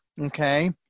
okay